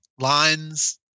Lines